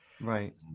Right